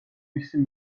მისი